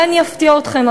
אולי אני אפתיע אתכם,